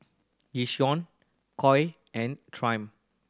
Yishion Koi and Triumph